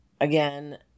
again